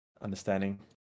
understanding